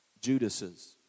Judas's